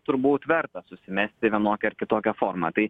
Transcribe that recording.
turbūt verta susimesti vienokia ar kitokia forma tai